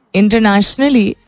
internationally